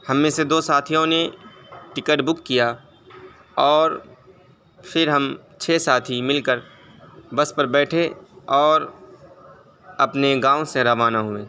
ہم میں سے دو ساتھیوں نے ٹکٹ بک کیا اور پھر ہم چھ ساتھی مل کر بس پر بیٹھے اور اپنے گاؤں سے روانہ ہوئے